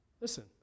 Listen